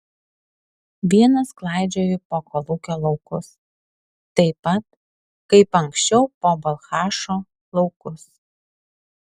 vienas klaidžioju po kolūkio laukus taip pat kaip anksčiau po balchašo laukus